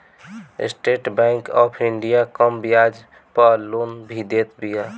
estate Bank of India कम बियाज पअ लोन भी देत बिया